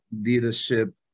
leadership